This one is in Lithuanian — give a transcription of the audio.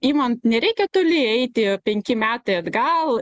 imant nereikia toli eiti penki metai atgal